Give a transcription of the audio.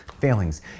failings